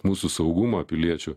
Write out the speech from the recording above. mūsų saugumą piliečių